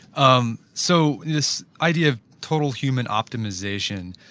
um so this idea of total human optimization,